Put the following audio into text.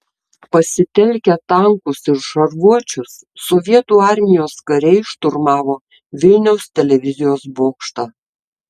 pasitelkę tankus ir šarvuočius sovietų armijos kariai šturmavo vilniaus televizijos bokštą